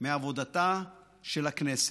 מעבודתה של הכנסת.